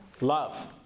love